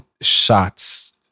shots